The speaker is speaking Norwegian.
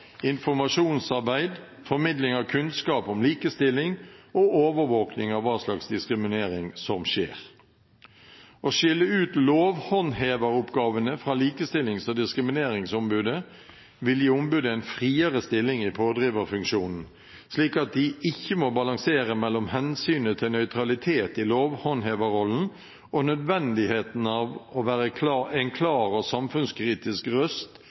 informasjonsarbeid, formidling av kunnskap om likestilling og overvåkning av hva slags diskriminering som skjer. Å skille ut lovhåndheveroppgavene fra Likestillings- og diskrimineringsombudet vil gi ombudet en friere stilling i pådriverfunksjonen, slik at de ikke må balansere mellom hensynet til nøytralitet i lovhåndheverrollen og nødvendigheten av å være en klar og samfunnskritisk røst